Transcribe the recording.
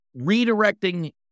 redirecting